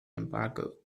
embargo